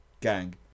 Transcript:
gang